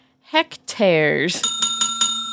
hectares